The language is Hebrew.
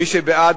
מי שבעד,